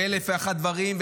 ואלף ואחת דברים.